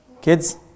Kids